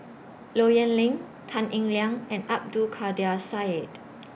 Low Yen Ling Tan Eng Liang and Abdul Kadir Syed